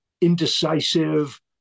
indecisive